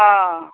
অঁ